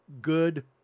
good